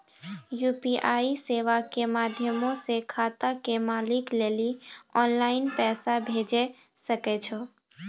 UPI सेबा के माध्यमो से खाता के मालिक लेली आनलाइन पैसा भेजै सकै छो